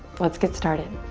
let's get started.